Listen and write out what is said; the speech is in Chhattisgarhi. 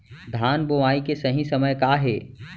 धान बोआई के सही समय का हे?